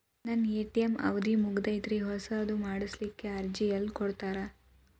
ನನ್ನ ಎ.ಟಿ.ಎಂ ಅವಧಿ ಮುಗದೈತ್ರಿ ಹೊಸದು ಮಾಡಸಲಿಕ್ಕೆ ಅರ್ಜಿ ಎಲ್ಲ ಕೊಡತಾರ?